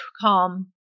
calm